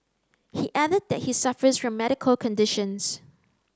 he added that he suffers from medical conditions